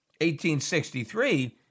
1863